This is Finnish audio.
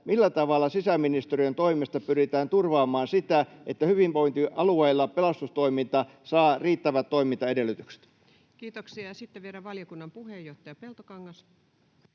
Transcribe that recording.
millä tavalla sisäministeriön toimesta pyritään turvaamaan sitä, että hyvinvointialueilla pelastustoiminta saa riittävät toimintaedellytykset? [Speech 241] Speaker: Ensimmäinen varapuhemies Paula